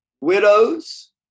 widows